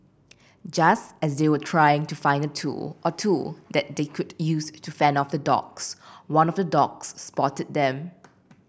just as they were trying to find a tool or two that they could use to fend off the dogs one of the dogs spotted them